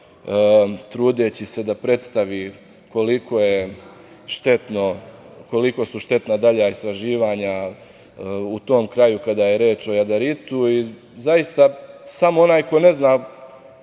trudeći se da predstavi koliko su štetna dalja istraživanja u tom kraju kada je reč o jadaritu. Zaista, samo onaj ko ne zna